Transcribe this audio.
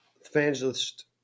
evangelist